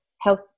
health